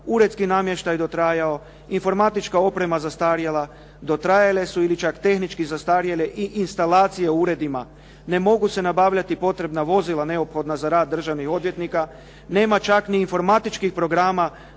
uredski namještaj dotrajao, informatička oprema zastarjela, dotrajale su ili čak tehnički zastarjele i instalacije u uredima. Ne mogu se nabavljati potrebna vozila neophodna za rad državnih odvjetnika, nema čak ni informatičkih programa